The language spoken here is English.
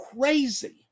crazy